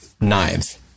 knives